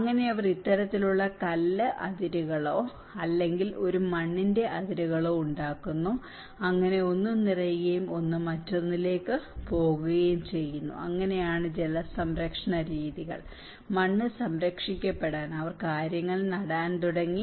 അങ്ങനെ അവർ ഇത്തരത്തിലുള്ള കല്ല് അതിരുകളോ അല്ലെങ്കിൽ ഒരു മണ്ണിന്റെ അതിരുകളോ ഉണ്ടാക്കുന്നു അങ്ങനെ ഒന്ന് നിറയുകയും അത് മറ്റൊന്നിലേക്ക് പോകുകയും ചെയ്യുന്നു അങ്ങനെയാണ് ജലസംരക്ഷണ രീതികൾ മണ്ണ് സംരക്ഷിക്കപ്പെടാൻ അവർ കാര്യങ്ങൾ നടാൻ തുടങ്ങി